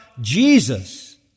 Jesus